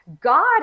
god